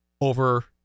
over